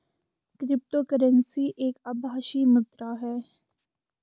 crypto currency एक आभासी मुद्रा है